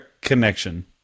connection